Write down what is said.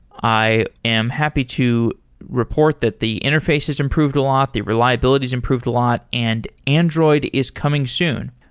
i am happy to report that the interfaces improved a lot. the reliabilities improved a lot, and android is coming soon.